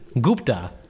Gupta